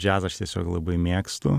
džiazą aš tiesiog labai mėgstu